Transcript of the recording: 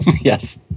Yes